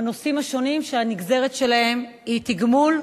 בנושאים השונים שהנגזרת שלהם היא תגמול,